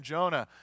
Jonah